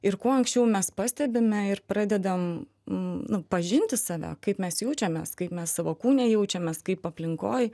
ir kuo anksčiau mes pastebime ir pradedam nu pažinti save kaip mes jaučiamės kaip mes savo kūne jaučiamės kaip aplinkoj